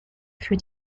für